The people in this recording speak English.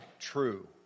true